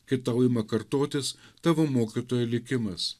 kai tau ima kartotis tavo mokytojo likimas